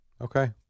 Okay